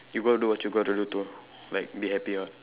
you will do what you got to do to like be happier